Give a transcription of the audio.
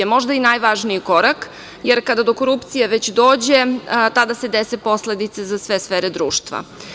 Možda i najvažniji korak, jer kada do korupcije već dođe, tada se dese posledice za sve sfere društva.